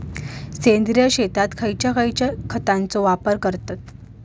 सेंद्रिय शेतात खयच्या खयच्या खतांचो वापर करतत?